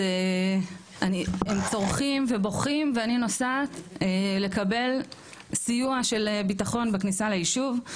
הם צורכים ובוכים ואני נוסעת לקבל סיוע של ביטחון בכניסה ליישוב.